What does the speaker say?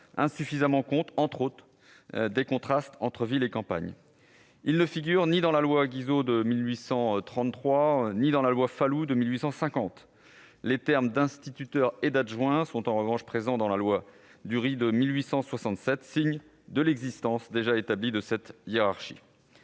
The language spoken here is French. insuffisamment compte, entre autres choses, des contrastes entre ville et campagne. Le directeur d'école ne figure ni dans la loi Guizot de 1833 ni dans la loi Falloux de 1850. Les termes d'« instituteurs » et d'« adjoints » sont en revanche présents dans la loi Duruy de 1867, signe de l'existence déjà établie de cette hiérarchie.